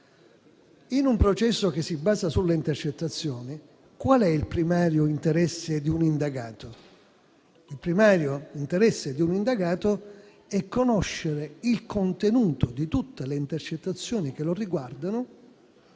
In un processo che si basa sulle intercettazioni, qual è il primario interesse di un indagato? Il primario interesse di un indagato è conoscere il contenuto di tutte le intercettazioni che lo riguardano,